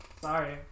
Sorry